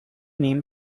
name